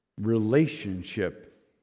Relationship